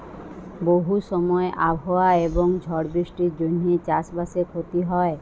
বহু সময় আবহাওয়া এবং ঝড় বৃষ্টির জনহে চাস বাসে ক্ষতি হয়